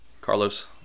Carlos